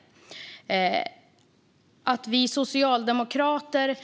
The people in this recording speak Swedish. I fråga om att vi socialdemokrater